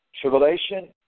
tribulation